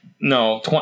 No